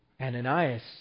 Ananias